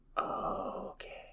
Okay